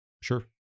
Sure